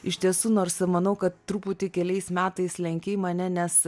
iš tiesų nors ir manau kad truputį keliais metais lenkei mane nes